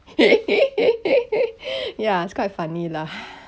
ya it's quite funny lah